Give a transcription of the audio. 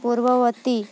ପୂର୍ବବର୍ତ୍ତୀ